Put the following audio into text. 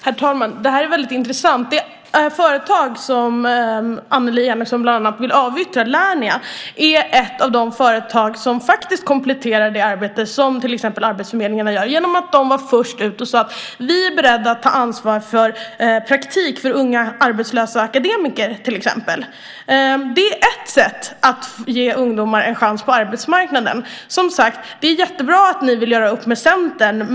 Herr talman! Det här är väldigt intressant. Det företag, Lernia, som bland annat Annelie Enochson vill avyttra är ett av de företag som faktiskt kompletterar det arbete som till exempel arbetsförmedlingarna gör genom att vara först ut med att säga: Vi är beredda att ta ansvar för praktik för unga arbetslösa akademiker till exempel. Det är ett sätt att ge ungdomar en chans på arbetsmarknaden. Det är, som sagt, bra att ni vill göra upp med Centern.